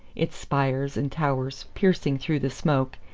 its spires and towers piercing through the smoke,